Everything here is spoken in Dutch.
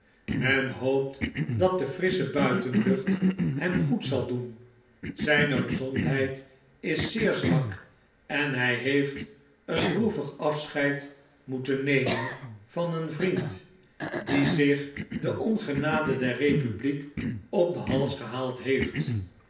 men hoopt dat de frissche buitenlucht hem goed zal doen zjjne gezondheid is zeer zwak en hjj heeft een droevig afscheid moeten nemen van een vriend die zich de ongenade der republiek op den hals gehaald heeft